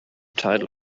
title